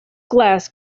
glass